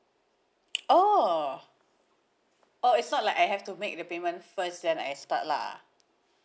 oh oh it's not like I have to make the payment first then I start lah